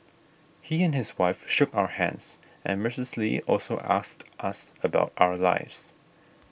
he and his wife shook our hands and Missus Lee also asked us about our lives